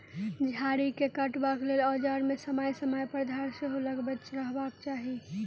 झाड़ी के काटबाक लेल औजार मे समय समय पर धार सेहो लगबैत रहबाक चाही